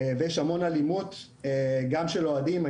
ויש המון אלימות גם של אוהדים.